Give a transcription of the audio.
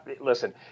listen